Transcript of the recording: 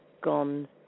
gone